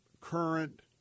current